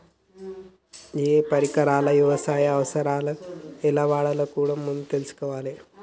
ఏయే పరికరాలను యవసాయ అవసరాలకు ఎలా వాడాలో కూడా ముందుగా తెల్సుకోవాలే